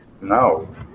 No